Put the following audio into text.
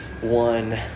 one